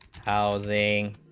housing